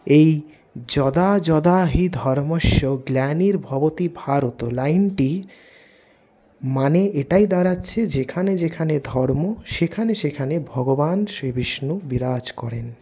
এই যদা যদা হি ধর্মস্য গ্লানির্ভবতি ভারত লাইনটি মানে এটাই দাঁড়াচ্ছে যেখানে যেখানে ধর্ম সেখানে সেখানে ভগবান শ্রীবিষ্ণু বিরাজ করেন